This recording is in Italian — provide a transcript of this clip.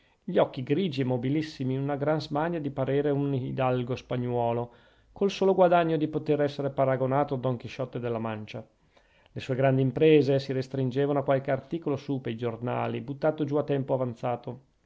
gli occhi grigi e mobilissimi una gran smania di parere un hidalgo spagnuolo col solo guadagno di poter essere paragonato a don chisciotte della mancia le sue grandi imprese si restringevano a qualche articolo su pei giornali buttato giù a tempo avanzato